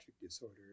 disorder